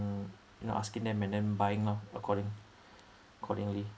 mm you know asking them and then buying lor according accordingly